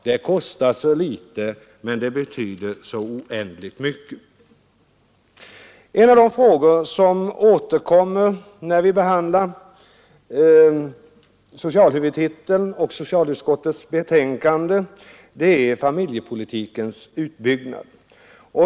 Det kostar så litet, men det betyder så oändligt mycket. En av de frågor som återkommer när vi behandlar socialhuvudtiteln och socialutskottets betänkande är familjepolitikens utbyggnad.